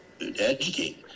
educate